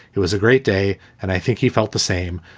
it was a great day and i think he felt the same.